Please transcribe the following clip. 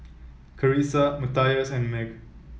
Carisa Matthias and Meg